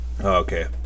okay